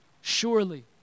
Surely